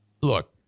Look